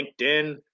LinkedIn